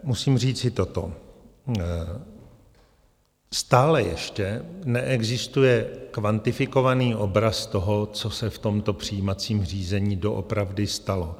Musím říci toto: stále ještě neexistuje kvantifikovaný obraz toho, co se v tomto přijímacím řízení doopravdy stalo.